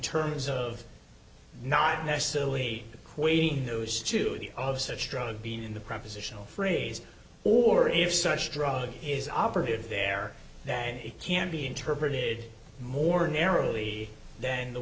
terms of not necessarily equating those to the of such drugs being in the propositional phrase or if such drug is operative there that it can be interpreted more narrowly then the